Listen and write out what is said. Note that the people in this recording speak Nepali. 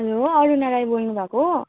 हेलो अरुणा राई बोल्नु भएको हो